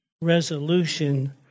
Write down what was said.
resolution